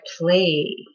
play